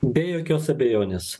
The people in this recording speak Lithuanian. be jokios abejonės